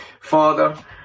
Father